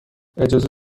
اجازه